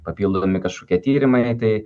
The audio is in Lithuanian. papildomi kažkokie tyrimai tai